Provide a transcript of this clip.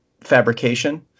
fabrication